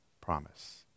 promise